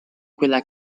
quella